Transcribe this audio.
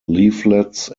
leaflets